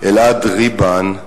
אלעד ריבן,